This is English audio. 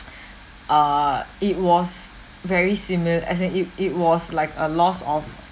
err it was very similar as in it it was like a loss of